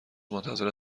منتظر